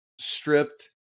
stripped